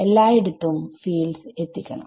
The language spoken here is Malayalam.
എല്ലായിടത്തും ഫീൽഡ്സ് എത്തിക്കണം